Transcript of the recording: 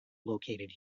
located